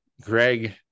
greg